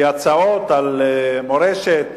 כי הצעות על מורשת,